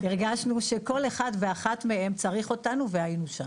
הרגשנו שכל אחד ואחת מהם צריך אותנו והיינו שם.